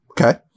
Okay